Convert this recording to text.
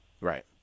Right